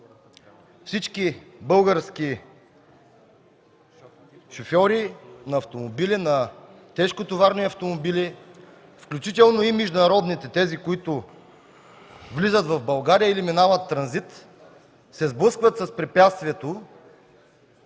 всички български шофьори на тежкотоварни автомобили, включително и международните – тези, които влизат в България или минават транзит, се сблъскват с препятствието